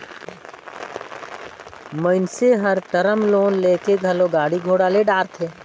मइनसे हर term loan लेके घलो गाड़ी घोड़ा ले डारथे